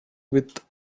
with